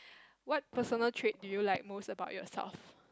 what personal trait do you like most about yourself